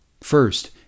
First